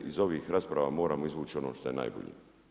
Iz ovih rasprava moramo izvući ono što je najbolje.